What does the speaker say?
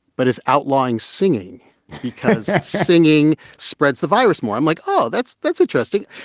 but as outlying singing because singing spreads the virus more, i'm like, oh, that's that's interesting. oh,